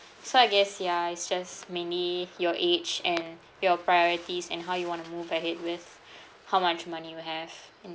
so I guess ya it's just mainly your age and your priorities and how you want to move ahead with how much money you have in